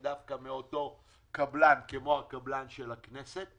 דווקא מאותו קבלן כמו הקבלן של הכנסת,